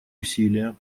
усилия